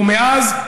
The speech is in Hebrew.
ומאז,